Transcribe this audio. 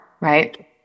right